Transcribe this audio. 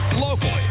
locally